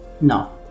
No